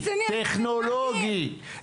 טכנולוגי,